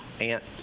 aunt